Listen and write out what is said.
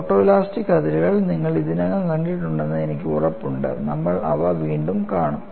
photoelastic അതിരുകൾ നിങ്ങൾ ഇതിനകം കണ്ടിട്ടുണ്ടെന്ന് എനിക്ക് ഉറപ്പുണ്ട് നമ്മൾ അവ വീണ്ടും കാണും